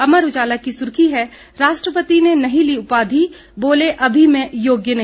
अमर उजाला की सुर्खी है राष्ट्रपति ने नहीं ली उपाधि बोले अभी मैं योग्य नहीं